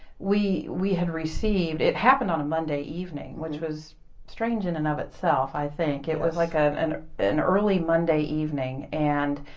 we we had received, it happened on a monday evening, which was strange in and of itself, i think. it was like ah an an early monday evening, and